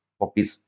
popis